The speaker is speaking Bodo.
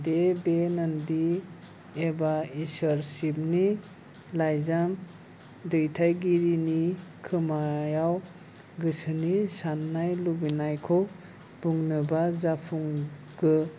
दे दे नन्दि एबा इसोर सिबनि लाइजाम दैथाइगिरिनि खोमायाव गोसोनि साननाय लुबैनायखौ बुंनोबा जाफुंगोन